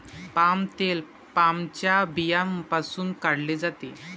palm तेल पामच्या बियांपासून काढले जाते